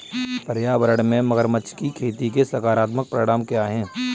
पर्यावरण में मगरमच्छ की खेती के सकारात्मक परिणाम क्या हैं?